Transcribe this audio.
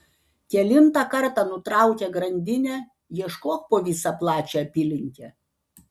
kelintą kartą nutraukia grandinę ieškok po visą plačią apylinkę